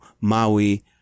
Maui